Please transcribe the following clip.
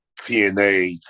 TNA